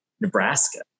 Nebraska